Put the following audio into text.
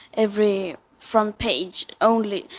every front page only.